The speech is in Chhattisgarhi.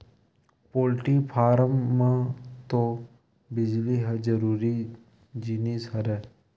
पोल्टी फारम म तो बिजली ह जरूरी जिनिस हरय